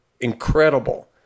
incredible